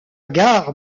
gare